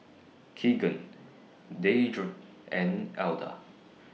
Keegan Deirdre and Alda